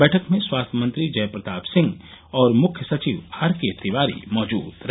बैठक में स्वास्थ्य मंत्री जय प्रताप सिंह और मुख्य सचिव आरके तिवारी मौजूद रहे